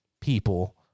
people